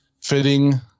fitting